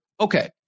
Okay